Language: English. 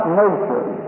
nature